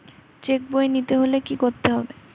Check বই নিতে হলে কি করতে হবে?